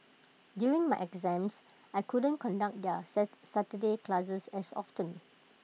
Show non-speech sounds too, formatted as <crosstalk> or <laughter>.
during my exams I couldn't conduct their <unintelligible> Saturday classes as often